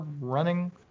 running